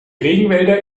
regenwälder